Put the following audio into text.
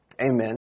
Amen